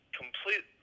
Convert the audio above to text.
complete